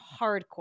hardcore